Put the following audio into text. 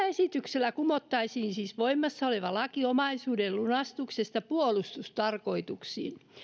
esityksellä kumottaisiin siis voimassa oleva laki omaisuuden lunastuksesta puolustustarkoituksiin